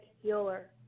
healer